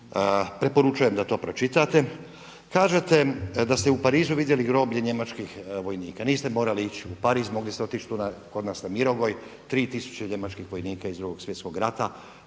Preporučujem da to pročitate. Kažete da ste u Parizu vidjeli groblje njemačkih vojnika. Niste morali ići u Pariz mogli ste tu otići kod nas Mirogoj tri tisuće njemačkih vojnika iz Drugog svjetskog rata,